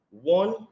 One